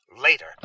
later